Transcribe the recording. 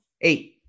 Eight